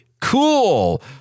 cool